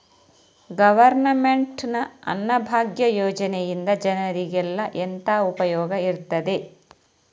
Government ನ ಅನ್ನಭಾಗ್ಯ ಯೋಜನೆಯಿಂದ ಜನರಿಗೆಲ್ಲ ಎಂತ ಉಪಯೋಗ ಇರ್ತದೆ?